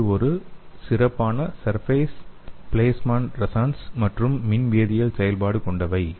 இது ஒரு சிறப்பான சர்ஃபேஸ் ப்லேஸ்மான் ரெஸொனன்ஸ் மற்றும் மின் வேதியியல் செயல்பாடு கொண்டவை